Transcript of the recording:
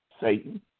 Satan